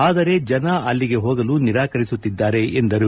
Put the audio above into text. ಆದರೆ ಜನ ಅಲ್ಲಿಗೆ ಹೋಗಲು ನಿರಾಕರಿಸುತ್ತಿದ್ದಾರೆ ಎಂದರು